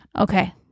Okay